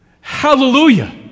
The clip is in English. Hallelujah